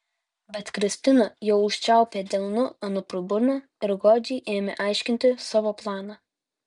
bet kristina jau užčiaupė delnu anuprui burną ir godžiai ėmė aiškinti savo planą